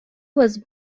was